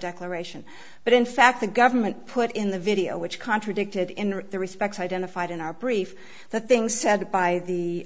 declaration but in fact the government put in the video which contradicted in the respects identified in our brief the things said by the